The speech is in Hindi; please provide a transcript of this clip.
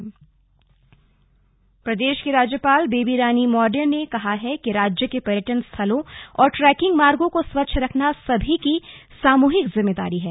स्लग राज्यपाल प्रदेश की राज्यपाल बेबी रानी मौर्य ने कहा है कि राज्य के पर्यटन स्थलों और ट्रैकिंग मार्गों को स्वच्छ रखना सभी की सामूहिक जिम्मेदारी है